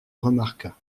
remarqua